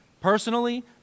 Personally